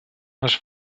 mas